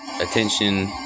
attention